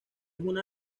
una